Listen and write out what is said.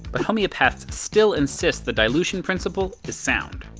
but homeopaths still insist that dilution principle is sound.